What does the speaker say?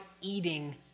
eating